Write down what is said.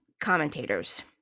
commentators